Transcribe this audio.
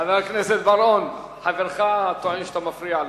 חבר הכנסת בר-און, חברך טוען שאתה מפריע לו,